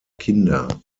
kinder